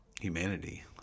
humanity